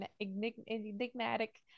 enigmatic